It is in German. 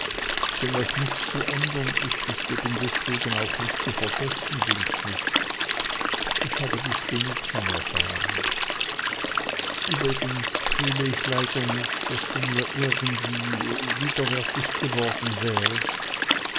denn was nicht zu ändern ist ist eben deswegen auch nicht zu vergessen dünkt mich ich habe dies genugsam erfahren übrigens fühle ich leider nicht daß du mir irgend widerwärtig geworden wärest